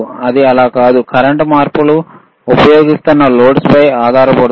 అది అలా కాదు కరెంట్ మార్పులు ఉపయోగిస్తున్న లోడ్ పై ఆధారపడుతుంది